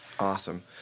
Awesome